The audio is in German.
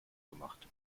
gemacht